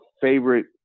favorite